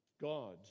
God